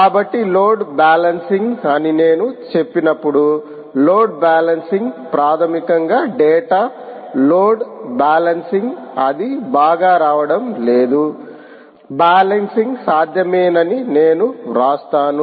కాబట్టి load balancing అని నేను చెప్పినప్పుడు లోడ్ బ్యాలెన్సింగ్ ప్రాథమికంగా డేటా లోడ్ బ్యాలెన్సింగ్ అది బాగా రావడం లేదు బ్యాలెన్సింగ్ సాధ్యమేనని నేను వ్రాస్తాను